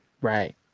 Right